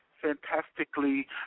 fantastically